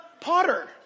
potter